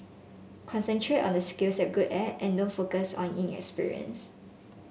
concentrate on the skills you're good at and don't focus on your inexperience